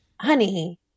Honey